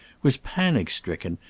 was panic-stricken,